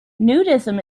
nudism